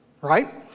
right